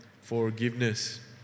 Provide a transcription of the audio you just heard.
Forgiveness